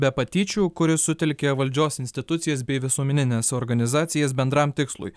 be patyčių kuris sutelkia valdžios institucijas bei visuomenines organizacijas bendram tikslui